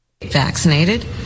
Vaccinated